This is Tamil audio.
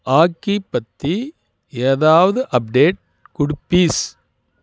ஹாக்கி பற்றி ஏதாவது அப்டேட் கொடு ப்ளீஸ்